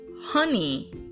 honey